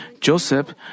Joseph